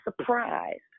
surprised